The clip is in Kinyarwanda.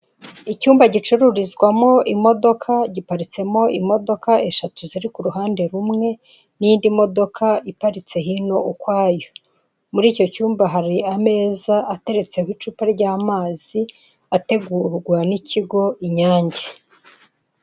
Icyumba gicururizwamo imodoka giparitsemo imodoka eshatu ziri ku ruhande rumwe n'indi modoka iparitse hino ukwayo, muri icyo cyumba hari ameza ateretseho icupa ry'amazi ategurwa n'ikigo Inyange.